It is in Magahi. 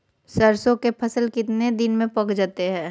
सरसों के फसल कितने दिन में पक जाते है?